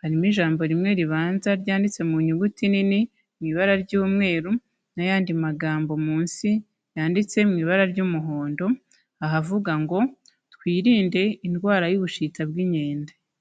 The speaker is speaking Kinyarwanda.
harimo ijambo rimwe ribanza ryanditse mu nyuguti nini mu ibara ry'umweru n'ayandi magambo munsi yanditse mu ibara ry'umuhondo, ahavuga ngo twirinde indwara y'ubushita bw'inkende.